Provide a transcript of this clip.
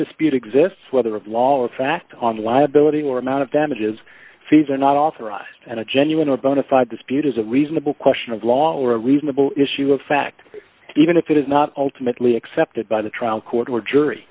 dispute exists whether of lawless fact on liability or amount of damages fees are not authorized and a genuine or bona fide dispute is a reasonable question of long or a reasonable issue of fact even if it is not ultimately accepted by the trial court or jury